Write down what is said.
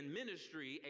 ministry